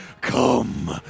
Come